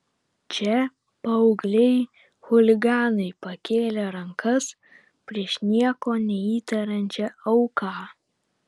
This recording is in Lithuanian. čia paaugliai chuliganai pakėlė rankas prieš nieko neįtariančią auką